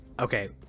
Okay